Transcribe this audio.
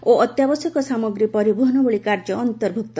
ଓ ଅତ୍ୟାବଶ୍ୟକ ସାମଗ୍ରୀ ପରିବହନ ଭଳି କାର୍ଯ୍ୟ ଅନ୍ତର୍ଭୁକ୍ତ